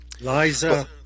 Liza